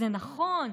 זה נכון,